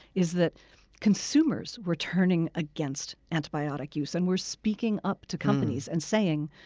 is that consumers were turning against antibiotic use and were speaking up to companies and saying,